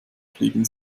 fliegen